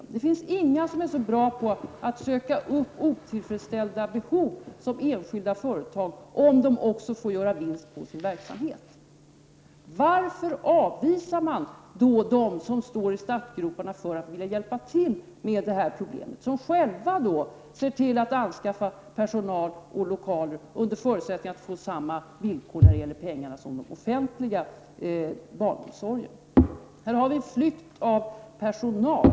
Men det finns inga som är så bra på att söka upp otillfredsställda behov som enskilda företag, om de också får göra vinst på sin verksamhet. Varför avvisar socialdemokraterna dem som står i startgroparna och vill hjälpa till att lösa detta problem och som själva anskaffar personal och lokaler, under förutsättning att de får samma villkor när det gäller pengar som den offentliga barnomsorgen? Personalen flyr från barnomsorgen.